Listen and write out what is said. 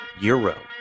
Euro